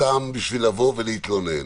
אותם כדי לבוא ולהתלונן.